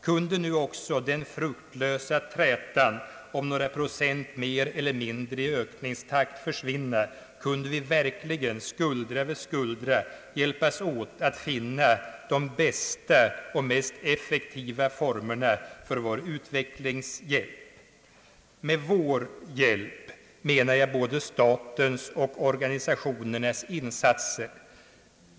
Kunde nu också den fruktlösa trätan om några procent mer eller mindre i ökningstakt försvinna, kunde vi verkligen skuldra vid skuldra hjälpas åt att finna de bästa och mest effektiva formerna för vår utvecklingshjälp! Med »vår» hjälp menar jag både statens och organisationernas insatser.